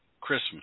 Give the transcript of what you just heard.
Christmas